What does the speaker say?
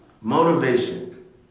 motivation